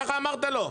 ככה אמרת לו,